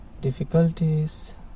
difficulties